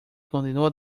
continuó